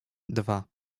dwa